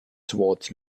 towards